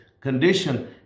condition